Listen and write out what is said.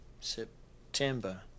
September